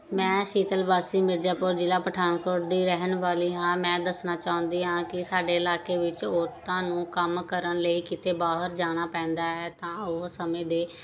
ਮੈਂ ਸ਼ੀਤਲ ਵਾਸੀ ਮਿਰਜ਼ਾਪੁਰ ਜ਼ਿਲ੍ਹਾ ਪਠਾਨਕੋਟ ਦੀ ਰਹਿਣ ਵਾਲੀ ਹਾਂ ਮੈਂ ਦੱਸਣਾ ਚਾਹੁੰਦੀ ਹਾਂ ਕਿ ਸਾਡੇ ਇਲਾਕੇ ਵਿੱਚ ਔਰਤਾਂ ਨੂੰ ਕੰਮ ਕਰਨ ਲਈ ਕਿਤੇ ਬਾਹਰ ਜਾਣਾ ਪੈਂਦਾ ਹੈ ਤਾਂ ਉਸ ਸਮੇਂ ਦੇ